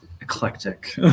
eclectic